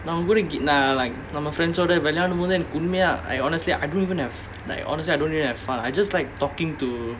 நான் உன்கூட:naan unkuda like நம்ம:namma friends ஓட விளையாடும்போது எனக்கு உண்மையா:oda vilaiyaadumpothu ennakku unmaiyaa I honestly I don't even have like honestly I don't really have fun I just like talking to